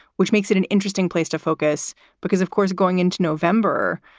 which makes it an interesting place to focus because, of course, going into november,